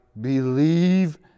believe